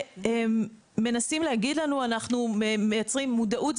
מנסים להגיד לנו: אנחנו מייצרים מודעות.